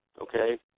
okay